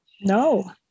No